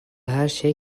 herşey